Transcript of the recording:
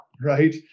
right